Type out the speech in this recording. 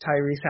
Tyrese